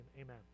amen